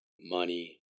money